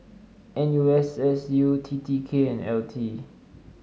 N U S S U T T K and L T